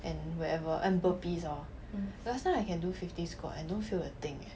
and wherever and burpees hor last time I can do fifty squats I don't feel a thing eh